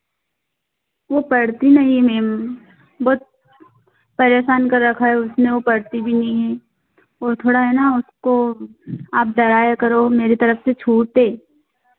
वह पढ़ती नहीं है मेम बहुत परेशान कर रखा है उसने वह करती भी नहीं हैं वह थोड़ा है ना उसको उसको आप डराया करो मेरे तरफ़ से छूट है